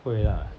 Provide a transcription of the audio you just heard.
会啊